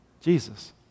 Jesus